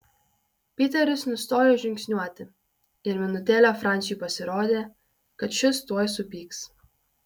piteris nustojo žingsniuoti ir minutėlę franciui pasirodė kad šis tuoj supyks